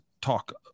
talk